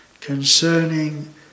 concerning